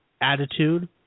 attitude